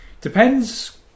depends